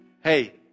Hey